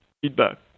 feedback